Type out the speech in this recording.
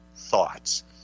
thoughts